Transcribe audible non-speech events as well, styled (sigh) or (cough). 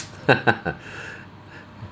(laughs)